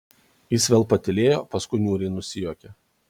jis vėl patylėjo paskui niūriai nusijuokė